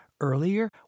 earlier